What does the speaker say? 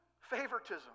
favoritism